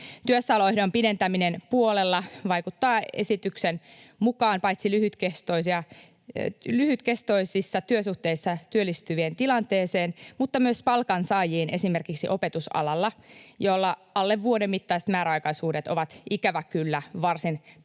Työssäoloehdon pidentäminen puolella vaikuttaa esityksen mukaan paitsi lyhytkestoisissa työsuhteissa työllistyvien tilanteeseen, myös palkansaajiin esimerkiksi opetusalalla, jolla alle vuoden mittaiset määräaikaisuudet ovat ikävä kyllä varsin tavanomaisia